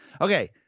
Okay